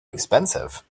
expensive